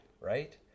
right